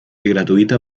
gratuita